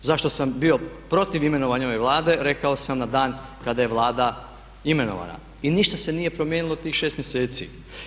Zašto sam bio protiv imenovanja ove Vlade rekao sam na dan kada je Vlada imenovana i ništa se nije promijenilo u tih 6 mjeseci.